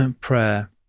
prayer